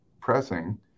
pressing